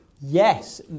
yes